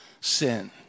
sin